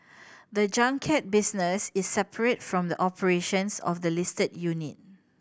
the junket business is separate from the operations of the listed unit